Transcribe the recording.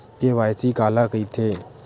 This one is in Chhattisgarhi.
के.वाई.सी काला कइथे?